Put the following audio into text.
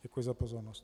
Děkuji za pozornost.